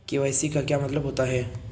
KYC का क्या मतलब होता है?